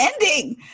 ending